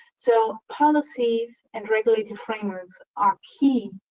so, policies and regulated frameworks are key,